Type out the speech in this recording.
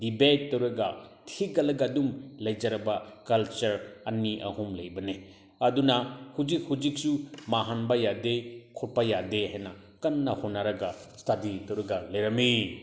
debate ꯇꯧꯔꯒ ꯊꯤꯒꯠꯂꯒ ꯑꯗꯨꯝ ꯂꯩꯖꯔꯕ ꯀꯜꯆꯔ ꯑꯅꯤ ꯑꯍꯨꯝ ꯂꯩꯕꯅꯦ ꯑꯗꯨꯅ ꯍꯧꯖꯤꯛ ꯍꯧꯖꯤꯛꯁꯨ ꯃꯥꯡꯍꯟꯕ ꯌꯥꯗꯦ ꯈꯣꯠꯄ ꯌꯥꯗꯦ ꯍꯥꯏꯅ ꯀꯟꯅ ꯍꯣꯠꯅꯔꯒ ꯏꯁꯇꯗꯤ ꯇꯧꯔꯒ ꯂꯩꯔꯝꯃꯤ